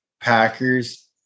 Packers